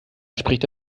spricht